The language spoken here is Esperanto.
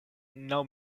naŭ